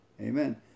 amen